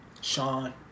Sean